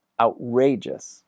outrageous